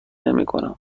نمیکنم